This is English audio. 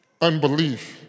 Unbelief